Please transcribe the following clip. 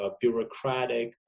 bureaucratic